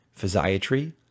Physiatry